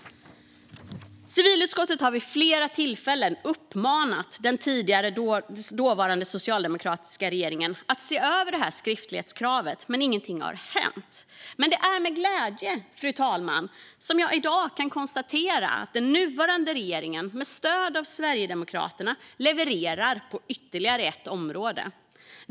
Civilutskottet har vid flera tillfällen uppmanat den dåvarande socialdemokratiska regeringen att se över detta skriftlighetskrav, men ingenting har hänt. Det är därför med glädje, fru talman, som jag i dag kan konstatera att den nuvarande regeringen, med stöd av Sverigedemokraterna, levererar på ytterligare ett område.